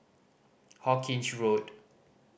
Hawkinge Road